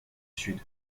sud